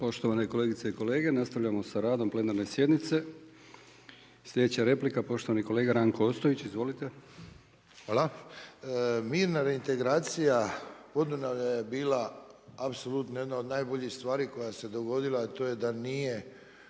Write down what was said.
Poštovane kolegice i kolege, nastavljamo sa radom plenarne sjednice. Slijedeća replika poštovani kolega Ranko Ostojić. Izvolite. **Ostojić, Ranko (SDP)** Hvala. Mirna reintegracija Podunavlja je bila apsolutno jedna od najboljih stvari koja se dogodila, a to je da nisu